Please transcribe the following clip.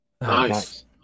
Nice